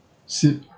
sit